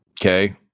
Okay